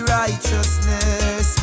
righteousness